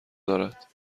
دارد